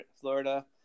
Florida